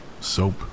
soap